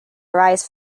arise